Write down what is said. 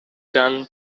done